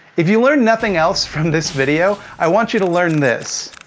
if you learn nothing else from this video, i want you to learn this.